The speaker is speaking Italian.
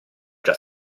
già